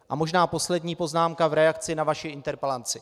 A možná poslední poznámka v reakci na vaši interpelaci.